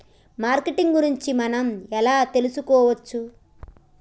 Marketing గురించి మనం ఎలా తెలుసుకోవచ్చు?